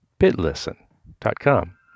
bitlisten.com